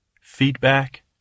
Feedback